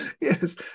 yes